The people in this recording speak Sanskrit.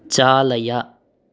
चालय